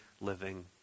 living